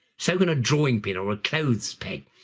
so can a drawing pin, or a clothes peg.